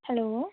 hello